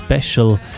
Special